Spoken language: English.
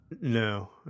No